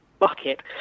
bucket